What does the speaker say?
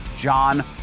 John